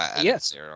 Yes